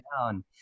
down